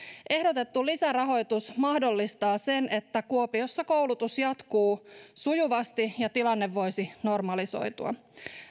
ehdotettu lisärahoitus mahdollistaa sen että kuopiossa koulutus jatkuu sujuvasti ja tilanne voisi normalisoitua